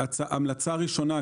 המלצה ראשונה,